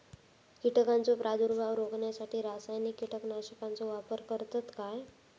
कीटकांचो प्रादुर्भाव रोखण्यासाठी रासायनिक कीटकनाशकाचो वापर करतत काय?